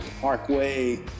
Parkway